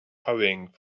hurrying